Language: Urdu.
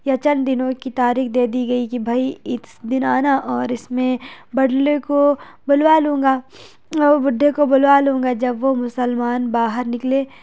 یا چند دنوں کی تاریخ دے دی گئی کہ بھائی اس دن آنا اور اس میں بڑھ لے کو بلوا لوں گا اور بڈھے کو بلوا لوں گا جب وہ مسلمان باہر نکلے